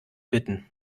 bitten